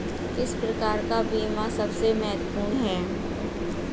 किस प्रकार का बीमा सबसे महत्वपूर्ण है?